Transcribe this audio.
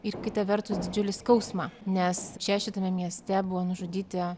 ir kita vertus didžiulį skausmą čia šitame mieste buvo nužudyti